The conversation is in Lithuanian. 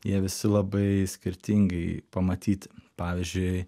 jie visi labai skirtingai pamatyti pavyzdžiui